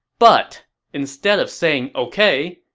but instead of saying ok,